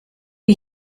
die